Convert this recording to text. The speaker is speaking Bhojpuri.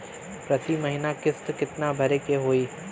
प्रति महीना किस्त कितना भरे के होई?